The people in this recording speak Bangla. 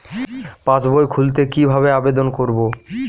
পাসবই খুলতে কি ভাবে আবেদন করব?